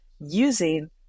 using